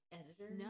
editor